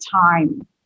time